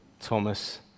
Thomas